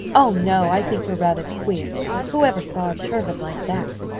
oh, no, i think her rather queer who ever saw a turban like that?